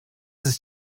ist